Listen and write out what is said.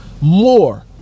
more